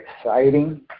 exciting